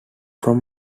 from